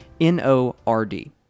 N-O-R-D